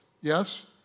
Yes